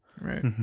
Right